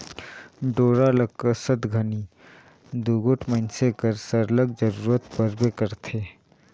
डोरा ल कसत घनी दूगोट मइनसे कर सरलग जरूरत परबे करथे